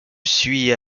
suit